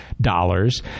dollars